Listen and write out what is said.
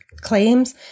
claims